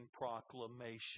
Proclamation